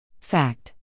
Fact